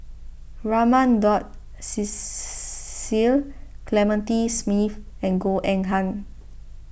Raman Daud Cecil Clementi Smith and Goh Eng Han